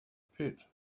pit